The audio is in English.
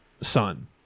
son